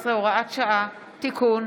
17, הוראת שעה) (תיקון,